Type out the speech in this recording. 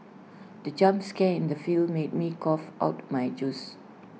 the jump scare in the film made me cough out my juice